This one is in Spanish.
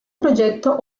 proyecto